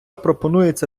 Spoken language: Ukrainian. пропонується